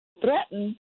threaten